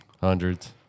Hundreds